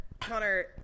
Connor